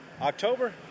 October